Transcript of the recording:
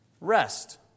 Rest